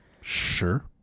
sure